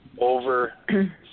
over